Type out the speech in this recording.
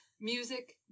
Music